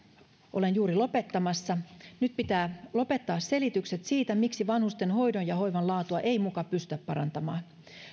olen juuri lopettamassa nyt pitää lopettaa selitykset siitä miksi vanhustenhoidon ja hoivan laatua ei muka pystytä parantamaan